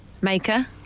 Maker